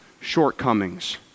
shortcomings